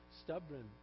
stubborn